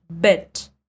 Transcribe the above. bit